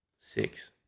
Six